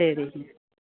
சரிங்க